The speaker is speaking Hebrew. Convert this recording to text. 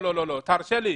תרשה לי.